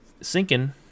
sinking